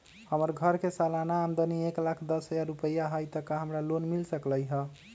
हमर घर के सालाना आमदनी एक लाख दस हजार रुपैया हाई त का हमरा लोन मिल सकलई ह?